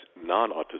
non-autistic